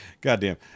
goddamn